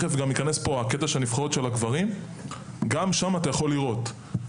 בנבחרות של הגברים אפשר לראות.